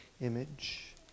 image